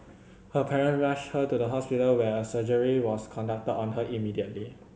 her parent rushed her to the hospital where a surgery was conducted on her immediately